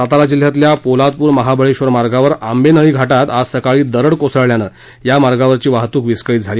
सातारा जिल्ह्यातल्या पोलादपूर महाबळेश्वर मार्गावर आंबेनळी घाटात आज सकाळी दरड कोसळल्यानं या मार्गावरची वाहतूक विस्कळीत झाली आहे